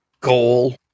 goal